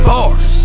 Bars